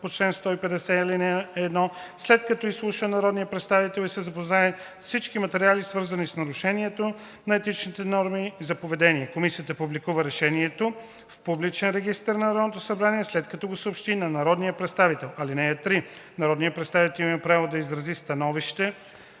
по чл. 150, ал. 1, след като изслуша народния представител и се запознае с всички материали, свързани с нарушението на етичните норми за поведение. Комисията публикува решението в публичен регистър на Народното събрание, след като го съобщи на народния представител. (3) Народният представител има право да изрази становище